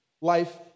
life